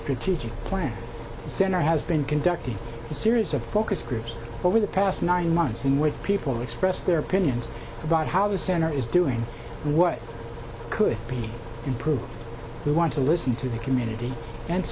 strategic plan the center has been conducting a series of focus groups over the past nine months in which people express their opinions about how the center is doing what could be improved we want to listen to the community and